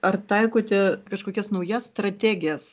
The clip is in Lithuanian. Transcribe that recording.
ar taikote kažkokias naujas strategijas